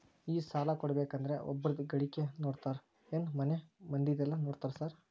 ಈ ಸಾಲ ಕೊಡ್ಬೇಕಂದ್ರೆ ಒಬ್ರದ ಗಳಿಕೆ ನೋಡ್ತೇರಾ ಏನ್ ಮನೆ ಮಂದಿದೆಲ್ಲ ನೋಡ್ತೇರಾ ಸಾರ್?